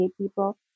people